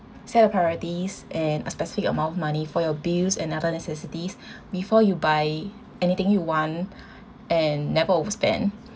set a priorities and a specific amount of money for your bills and other necessities before you buy anything you want and never overspend